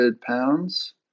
pounds